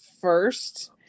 first